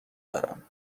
دارم